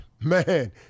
man